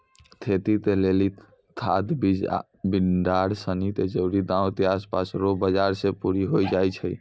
खेती के लेली खाद बिड़ार सनी के जरूरी गांव के आसपास रो बाजार से पूरी होइ जाय छै